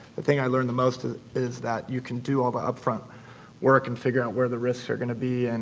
the thing i learned the most is you can do all the upfront work, and figure out where the risks are going to be, and